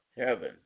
heaven